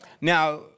Now